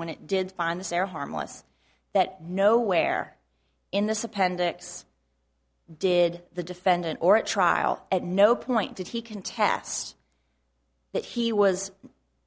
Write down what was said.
when it did find the sara harmless that nowhere in this appendix did the defendant or a trial at no point did he contest that he was